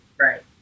Right